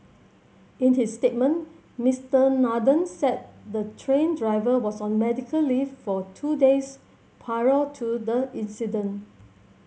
in his statement Mister Nathan said the train driver was on medical leave for two days prior to the incident